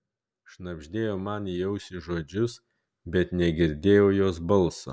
šnabždėjo man į ausį žodžius bet negirdėjau jos balso